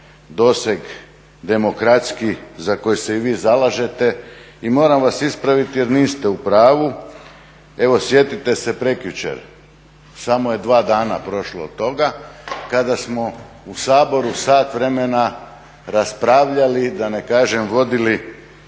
doseg demokratski za koji se i vi zalažete i moram vas ispraviti jer niste u pravu. Evo sjetite se prekjučer, samo je dva dana prošlo od toga kada smo u Saboru sat vremena raspravljali, da ne kažem vodili